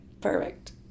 perfect